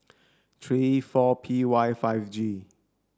three four P Y five G